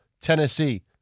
Tennessee